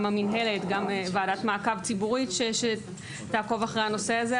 המינהלת וועדת המעקב הציבורית שתעקוב אחרי הנושא הזה.